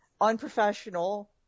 unprofessional